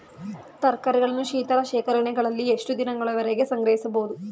ತರಕಾರಿಗಳನ್ನು ಶೀತಲ ಶೇಖರಣೆಗಳಲ್ಲಿ ಎಷ್ಟು ದಿನಗಳವರೆಗೆ ಸಂಗ್ರಹಿಸಬಹುದು?